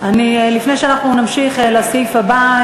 לפני שאנחנו נמשיך לסעיף הבא,